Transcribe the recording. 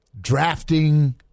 drafting